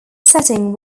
setting